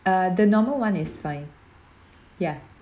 uh the normal [one] is fine ya